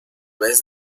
vez